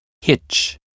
hitch